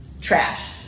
trash